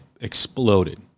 exploded